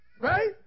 Right